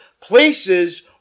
places